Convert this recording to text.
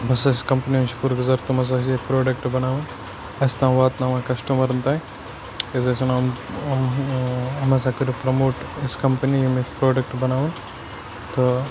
بہٕ ہَسا چھُس کَمپٔنی ہُنٛد شُکُر گُزار تٕم ہَسا چھِ ییٚتہِ پرٛوڈَکٹہٕ بَناوان اسہِ تام واتناوان کَسٹمَرَن تانۍ کیازِ ٲسۍ وَنان یِم یِم ٲں یِم ہَسا کٔرِو پرٛموٹ أسۍ کَمپٔنی یِم یِتھ پرٛوڈَکٹہٕ بَناوان تہٕ